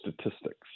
statistics